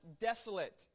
desolate